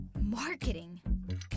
Marketing